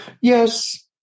Yes